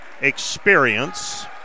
experience